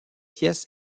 pièces